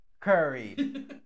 Curry